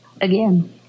again